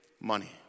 money